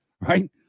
Right